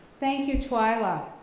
thank you, twyla.